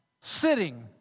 sitting